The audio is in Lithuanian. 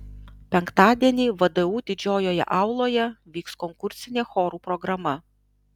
penktadienį vdu didžiojoje auloje vyks konkursinė chorų programa